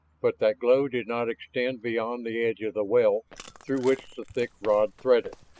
but that glow did not extend beyond the edge of the well through which the thick rod threaded.